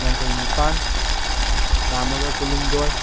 ꯌꯥꯡꯈꯩ ꯅꯤꯄꯥꯜ ꯆꯃꯒ ꯀꯨꯟꯍꯨꯝꯗꯣꯏ